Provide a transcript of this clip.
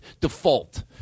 default